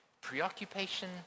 preoccupation